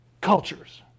cultures